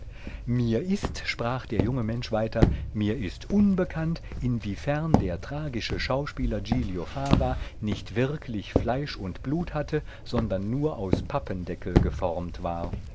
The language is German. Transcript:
mir ist sprach der junge mensch weiter mir ist unbekannt inwiefern der tragische schauspieler giglio fava nicht wirklich fleisch und blut hatte sondern nur aus pappendeckel geformt war